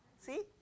See